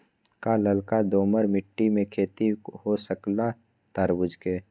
का लालका दोमर मिट्टी में खेती हो सकेला तरबूज के?